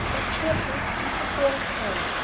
or cheerful, and so very kind.